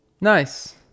Nice